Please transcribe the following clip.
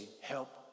help